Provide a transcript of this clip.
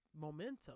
momentum